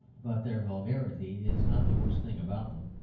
but their vulgarity is not the worst thing about them.